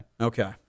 Okay